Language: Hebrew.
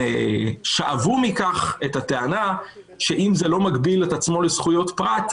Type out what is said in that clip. שאבו מכך את הטענה שאם זה לא מגביל את עצמו לזכויות פרט,